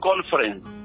conference